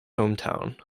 hometown